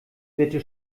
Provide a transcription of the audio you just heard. bitte